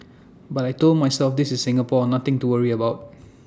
but I Told myself this is Singapore nothing to worry about